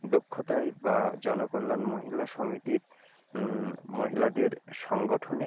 দক্ষতায় বা জনকল্যাণ মহিলা সমিতির মহিলাদের সংগঠনে